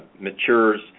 matures